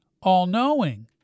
all-knowing